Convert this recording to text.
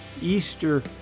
Easter